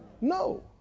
No